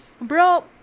Bro